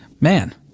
Man